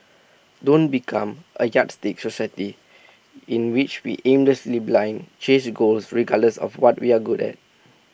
don't become A yardstick society in which we aimlessly blindly chase goals regardless of what we're good at